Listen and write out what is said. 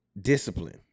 discipline